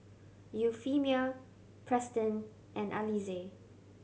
Euphemia Preston and Alize